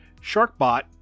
SharkBot